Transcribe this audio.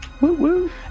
Woo-woo